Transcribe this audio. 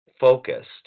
focused